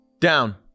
Down